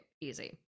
easy